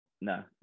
No